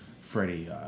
Freddie